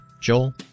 Joel